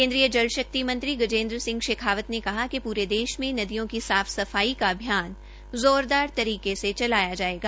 केन्द्रीय जल शक्ति मंत्री गजेन्द्र सिंह शेखावत ने कहा कि पूरे देश में नदियों की साफ सफाई का अभियान ज़ोरदार तरीके से चलाया जायेगा